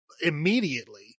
immediately